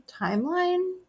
timeline